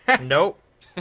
Nope